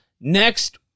Next